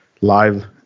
live